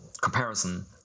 comparison